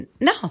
No